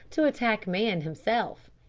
to attack man himself.